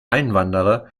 einwanderer